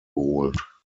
geholt